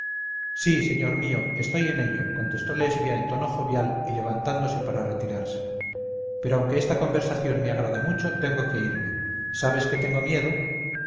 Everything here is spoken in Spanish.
sí señor mío estoy en ello contestó lesbia en tono jovial y levantándose para retirarse pero aunque esta conversación me agrada mucho tengo que irme sabes que te tengo miedo